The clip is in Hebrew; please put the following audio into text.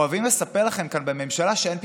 אוהבים לספר לכם כאן בממשלה שאין פתרונות,